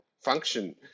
Function